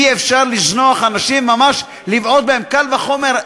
אי-אפשר לזנוח אנשים, ממש לבעוט בהם, קל וחומר,